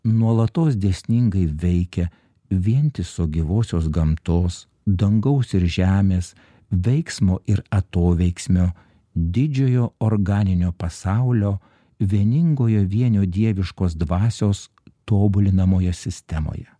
nuolatos dėsningai veikia vientiso gyvosios gamtos dangaus ir žemės veiksmo ir atoveiksmio didžiojo organinio pasaulio vieningojo vienio dieviškos dvasios tobulinamoje sistemoje